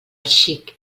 xic